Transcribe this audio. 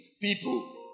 people